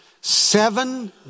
seven